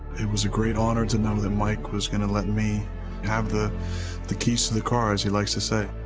it was a great honor to know that mike was going to let me have the the keys to the car as he likes to say.